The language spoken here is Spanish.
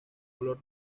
color